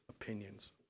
opinions